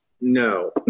no